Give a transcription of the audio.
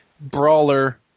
brawler